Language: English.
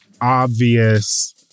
obvious